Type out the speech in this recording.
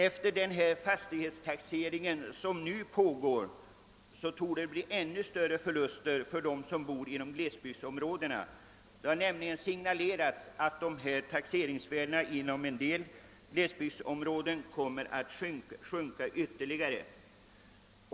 Efter den fastighetstaxering som nu pågår torde det bli ännu större förluster för dem som bor inom glesbygdsområdena. Det har nämligen signalerats att taxeringsvärdena inom en del glesbygder kommer att sjunka ytterligare.